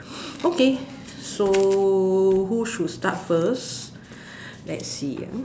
okay so who should start first let's see ah